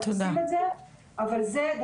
איך עושים את זה.